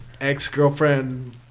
ex-girlfriend